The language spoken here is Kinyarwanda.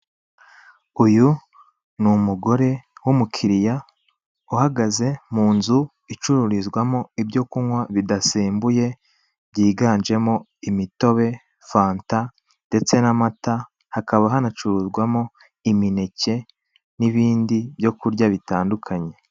Uyu ni umugore w'umukiriya uhagaze mu nzu icururizwamo ibyo kunywa bidasembuye, byiganjemo imitobe, fanta, ndetse n'amata. Hakaba hanacuruzwamo imineke n'ibindi byo kurya bitandukanye.